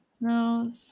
no